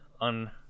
on